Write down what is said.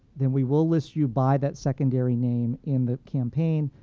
then we will list you by that secondary name in the campaign,